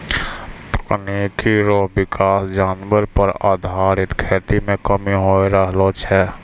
तकनीकी रो विकास जानवर पर आधारित खेती मे कमी होय रहलो छै